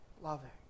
loving